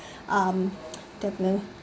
um definitely